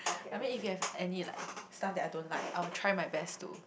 I mean if you have any like stuff that I don't like I will try my best to